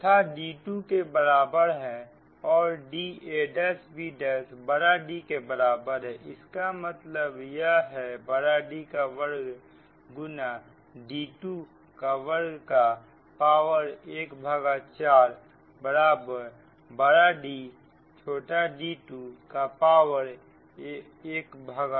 तथा d2 के बराबर हैं और dab D के बराबर है इसका मतलब यह है D का वर्ग गुना d2 का वर्ग का पावर ¼ बराबर D d2 का पावर ½